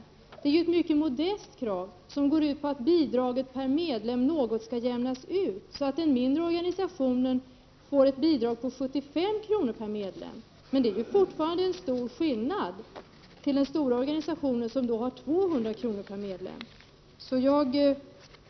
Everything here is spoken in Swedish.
Kravet är mycket modest och går i stället ut på att bidraget per medlem något skall jämnas ut, så att den mindre organisationen får ett bidrag på 75 kr. per medlem. Men skillnaden är fortfarande stor, om man jämför med den stora organisationen som har 200 kr. per medlem i bidrag.